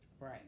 Right